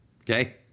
okay